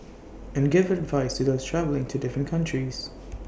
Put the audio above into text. and give advice to those travelling to different countries